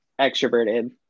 extroverted